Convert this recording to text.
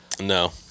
No